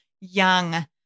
young